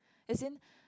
as in